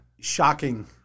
shocking